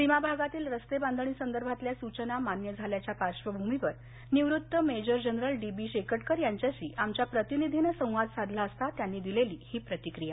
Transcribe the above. सीमा भागातील रस्ते बांधणी संदर्भातल्या सूचना मान्य झाल्याच्या पार्श्वभुमीवर निवृत्त major general D B Shekatkar यांच्याशी आमच्या प्रतिनिधीनं संवाद साधला असता त्यांनी दिलेली ही प्रतिक्रीया